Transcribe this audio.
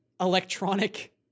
electronic